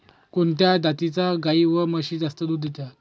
कोणत्या जातीच्या गाई व म्हशी जास्त दूध देतात?